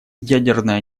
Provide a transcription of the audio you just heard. ядерное